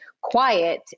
quiet